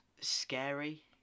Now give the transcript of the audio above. scary